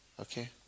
Okay